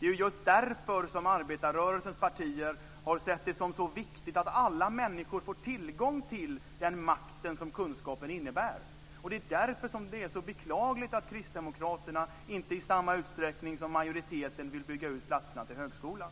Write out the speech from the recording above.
Det är just därför som arbetarrörelsens partier har sett det som så viktigt att alla människor får tillgång till den makt som kunskapen innebär. Det är därför som det är så beklagligt att kristdemokraterna inte i samma utsträckning som majoriteten vill bygga ut antalet platser till högskolan.